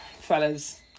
fellas